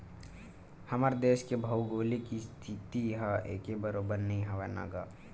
हमर देस के भउगोलिक इस्थिति ह एके बरोबर नइ हवय न गा